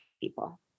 people